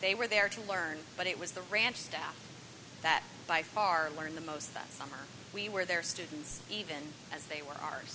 they were there to learn but it was the ranch staff that by far learned the most that summer we were there students even as they were